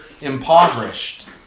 impoverished